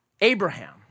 Abraham